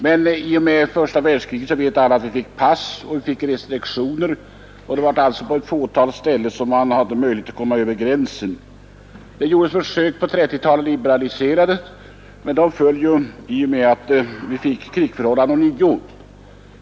Men i och med första världskriget fick vi pass och restriktioner, och det var på ett fåtal ställen man hade möjlighet att komma över gränsen. Det gjordes försök på 1930-talet att liberalisera detta, men det föll i och med att vi ånyo fick krigsförhållanden.